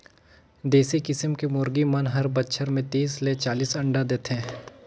देसी किसम के मुरगी मन हर बच्छर में तीस ले चालीस अंडा देथे